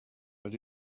but